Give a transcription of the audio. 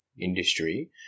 industry